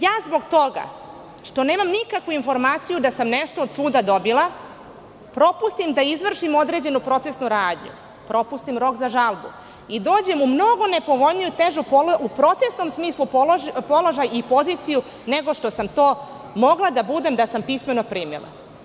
Ja, zbog toga što nemam nikakvu informaciju da sam nešto od suda dobila, propustim da izvršim određenu procesnu radnju, propustim rok za žalbu i dođem u mnogo nepovoljniji, u procesnom smislu, položaj i poziciju nego što sam to mogla da budem, da sam pismeno primila.